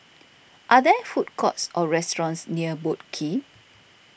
are there food courts or restaurants near Boat Quay